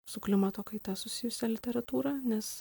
su klimato kaita susijusią literatūrą nes